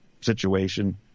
situation